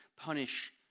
punish